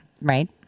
right